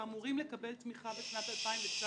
ואמורים לקבל תמיכה בשנת 2019